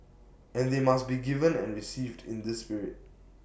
and they must be given and received in this spirit